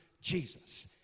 Jesus